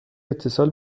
اتصال